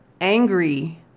angry